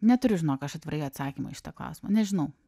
neturiu žinok aš atvirai atsakymo į šitą klausimą nežinau